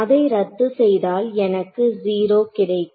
அதை ரத்து செய்தால் எனக்கு 0 கிடைக்கும்